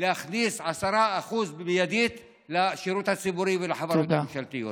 להכניס 10% מיידית לשירות הציבורי ולחברות הממשלתיות.